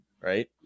right